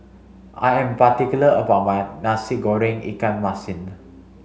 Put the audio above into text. I am particular about my Nasi Goreng Ikan Masin